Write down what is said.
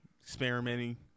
experimenting